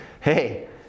hey